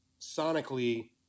sonically